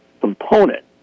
component